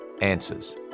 Answers